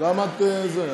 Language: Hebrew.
היא מקבלת את ההצעה של השר.